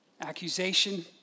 accusation